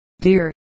dear